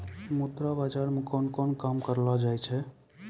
मुद्रा बाजार मे कोन कोन काम करलो जाय छै